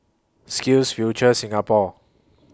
SkillsFuture Singapore